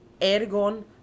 ergon